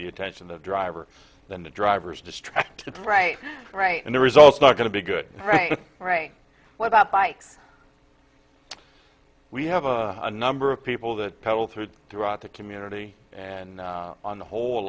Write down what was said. the attention the driver then the drivers distracted right right and the results not going to be good right all right what about bikes we have a number of people that pedal through throughout the community and on the whole